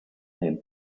him